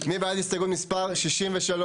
מי בעד הסתייגות מספר 63?